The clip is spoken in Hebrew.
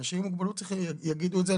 אנשים עם מוגבלות יגידו את זה.